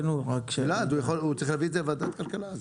גלעד, הוא צריך להביא את זה לוועדת הכלכלה.